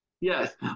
Yes